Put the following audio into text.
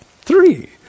three